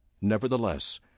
Nevertheless